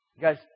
Guys